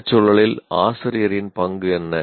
இந்த சூழலில் ஆசிரியரின் பங்கு என்ன